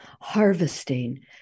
Harvesting